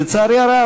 לצערי הרב,